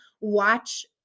watch